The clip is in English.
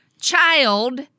Child